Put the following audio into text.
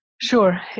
Sure